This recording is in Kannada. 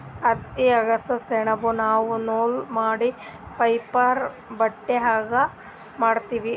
ಹತ್ತಿ ಅಗಸಿ ಸೆಣಬ್ದು ನಾವ್ ನೂಲ್ ಮಾಡಿ ಪೇಪರ್ ಬಟ್ಟಿ ಹಗ್ಗಾ ಮಾಡ್ತೀವಿ